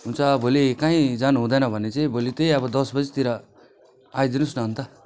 हुन्छ भोलि कहीँ जानुहुँदैन भने चाहिँ भोलि त्यही आबो दसबजेतिर आइदिनुहोस् न अन्त